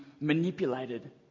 manipulated